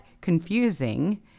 confusing